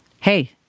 Hey